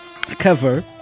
cover